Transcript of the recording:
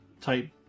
type